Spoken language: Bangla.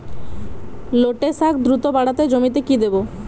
লটে শাখ দ্রুত বাড়াতে জমিতে কি দেবো?